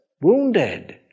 wounded